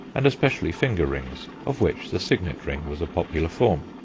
and especially finger-rings, of which the signet ring was a popular form.